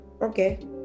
Okay